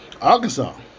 Arkansas